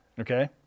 Okay